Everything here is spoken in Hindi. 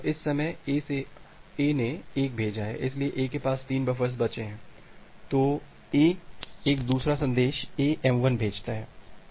अब इस समय A ने 1 भेजा है इसलिए A के पास 3 बफ़र्स बचे हैं तो A एक दूसरा सन्देश A m1 भेजता है